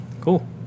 Cool